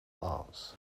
arts